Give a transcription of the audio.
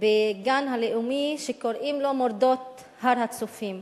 בגן הלאומי שקוראים לו "מורדות הר-הצופים",